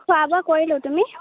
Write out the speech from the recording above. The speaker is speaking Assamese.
খোৱা বাোৱা কৰিলোঁ তুমি